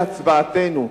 תשאל אותו אם הוא,